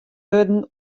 wurden